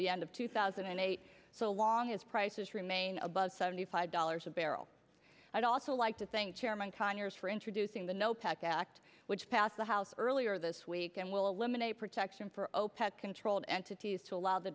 the end of two thousand and eight so long as prices remain above seventy five dollars a barrel i'd also like to think chairman conyers for introducing the no pac act which passed the house earlier this week and will eliminate protection for opec controlled entities to allow the